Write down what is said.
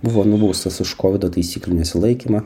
buvo nubaustas už kovido taisyklių nesilaikymą